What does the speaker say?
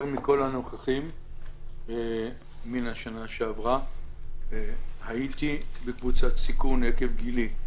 יותר מכל הנוכחים מן השנה שעברה הייתי בקבוצת סיכון עקב גילי.